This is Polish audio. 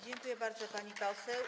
Dziękuję bardzo, pani poseł.